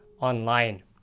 online